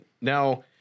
Now